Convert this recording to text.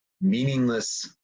meaningless